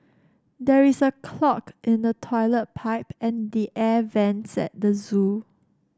there is a clog in the toilet pipe and the air vents at the zoo